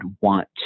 want